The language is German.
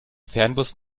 fernbus